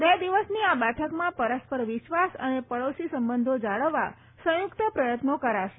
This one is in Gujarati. બે દિવસની આ બેઠકમાં પરસ્પર વિશ્વાસ અને પડોશી સંબંધો જાળવવા સંયુક્ત પ્રયત્નો કરાશે